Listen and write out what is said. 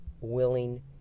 willing